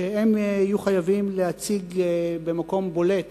שיהיו חייבים להציג במקום בולט